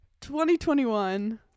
2021